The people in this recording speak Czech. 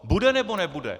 Bude, nebo nebude?